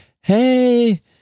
hey